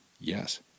Yes